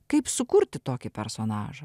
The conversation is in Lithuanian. kaip sukurti tokį personažą